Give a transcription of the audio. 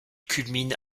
culmine